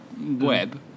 web